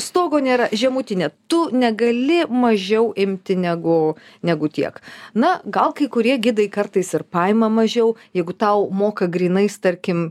stogo nėra žemutinė tu negali mažiau imti negu negu tiek na gal kai kurie gidai kartais ir paima mažiau jeigu tau moka grynais tarkim